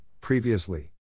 previously